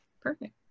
perfect